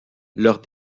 leurs